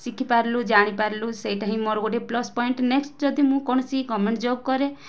ସିଖି ପାରିଲୁ ଜାଣି ପାରିଲୁ ସେଇଟା ହିଁ ମୋର ଗୋଟେ ପ୍ଲସ୍ ପଏଣ୍ଟ ନେକ୍ସଟ୍ ଯଦି ମୁଁ କୌଣସି ଗଭର୍ଣ୍ଣମେଣ୍ଟ ଜବ କରେ